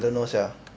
I don't know sia